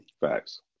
Facts